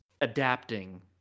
adapting